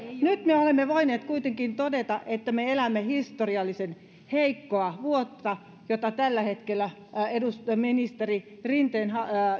nyt me olemme voineet kuitenkin todeta että me elämme historiallisen heikkoa vuotta jota tällä hetkellä ministeri rinteen